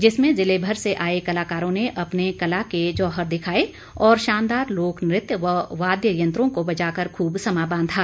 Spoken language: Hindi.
जिसमें जिले भर से आए कलाकारों ने अपनी कला के जौहर दिखाए और शानदार लोक नृत्य व वाद्य यंत्रों को बजाकर खूब समां बांधा